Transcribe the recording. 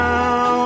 Now